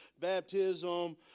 baptism